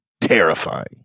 terrifying